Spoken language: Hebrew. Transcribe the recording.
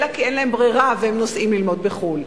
אלא כי אין להם ברירה והם נוסעים ללמוד בחו"ל.